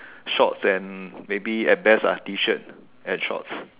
shorts and maybe at best ah tee shirt and shorts